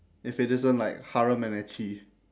if it isn't like harem and ecchi